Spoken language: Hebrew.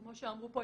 כמו שאמרו פה,